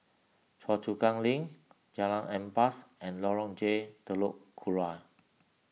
Choa Chu Kang Link Jalan Ampas and Lorong J Telok Kurau